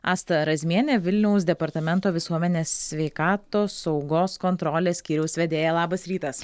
asta razmienė vilniaus departamento visuomenės sveikatos saugos kontrolės skyriaus vedėja labas rytas